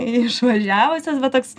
išvažiavusios bet toks